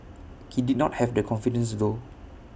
he did have the confidence though